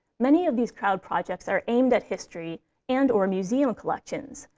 many of these crowd projects are aimed at history and or museum collections,